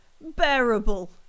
bearable